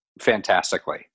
fantastically